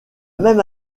même